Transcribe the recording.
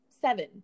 seven